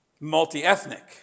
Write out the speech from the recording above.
Multi-ethnic